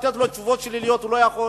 לתת לו תשובות שליליות שהוא לא יכול.